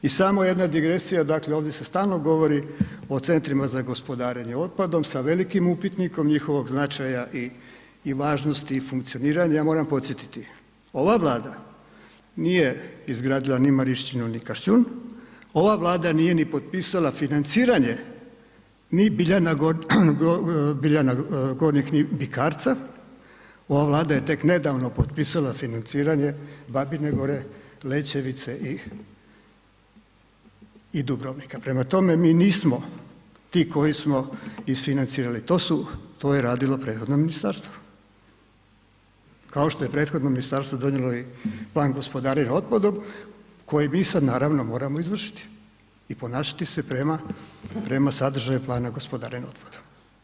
I samo jedna digresija, dakle ovdje se stalno govori o CGO-ima sa velikim upitnikom njihovog značaja i važnosti i funkcioniranja, ja moramo podsjetiti, ova Vlada nije izgradila ni Marišćinu ni Kaštijun, ova Vlada nije ni potpisala financiranje ni Biljana Gornjeg ni Bikarca, ova Vlada je tek nedavno potpisala financiranje Babine gore, Lečevice i Dubrovnika prema tome, mi nismo ti koji smo isfinancirali, to je radilo prethodno ministarstvo kao što je prethodno ministarstvo donijelo i plan gospodarenja otpadom koje mi sad naravno moramo izvršiti i ponašati se prema sadržaju plana gospodarenja otpadom.